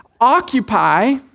Occupy